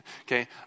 Okay